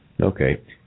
Okay